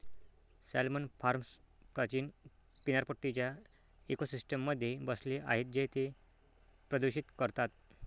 salmon farms प्राचीन किनारपट्टीच्या इकोसिस्टममध्ये बसले आहेत जे ते प्रदूषित करतात